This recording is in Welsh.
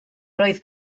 roedd